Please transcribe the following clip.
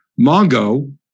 Mongo